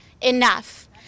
enough